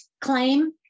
claim